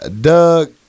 Doug